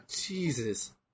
Jesus